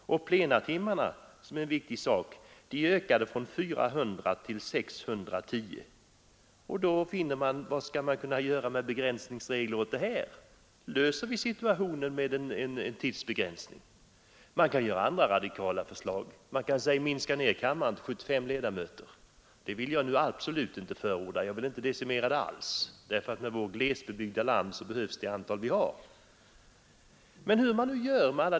Antalet plenitimmar, som är en viktig sak, ökade från 400 till 610. Vilka begränsningsregler skall man kunna vidta? Förbättrar vi situationen med en tidsbegränsning? Man kan ställa andra radikala förslag, exempelvis att minska ner kammarledamöternas antal till 75. Det vill nu jag absolut inte förorda, jag vill inte decimera antalet alls. Så glesbebyggt som Sverige är behövs det antal ledamöter vi har.